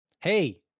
hey